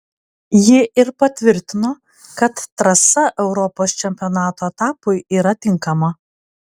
ji ir patvirtino kad trasa europos čempionato etapui yra tinkama